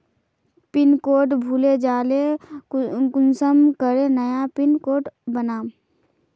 Pin code भूले जाले कुंसम करे नया पिन कोड बनाम?